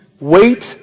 wait